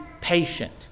patient